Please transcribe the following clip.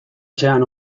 etxean